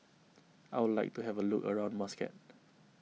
I would like to have a look around Muscat